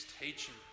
teaching